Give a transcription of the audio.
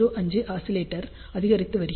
05 oscillator அதிகரித்து வருகிறது